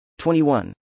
21